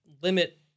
limit